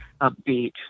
upbeat